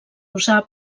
usar